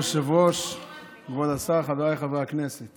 חבר הכנסת